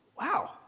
wow